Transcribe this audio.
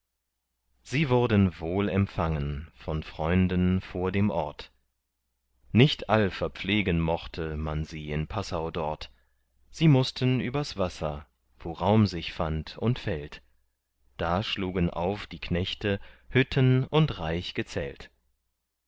sie wurden wohl empfangen von freunden vor dem ort nicht all verpflegen mochte man sie in passau dort sie mußten übers wasser wo raum sich fand und feld da schlugen auf die knechte hütten und reich gezelt